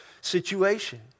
situation